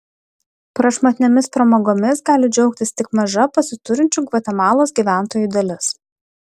prašmatniomis pramogomis gali džiaugtis tik maža pasiturinčių gvatemalos gyventojų dalis